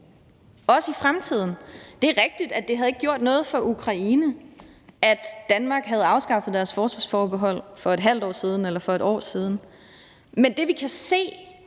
også i fremtiden. Det er rigtigt, at det ikke havde gjort noget for Ukraine, at Danmark havde afskaffet sit forsvarsforbehold for et halvt år siden eller for et år siden. Men det, vi kan se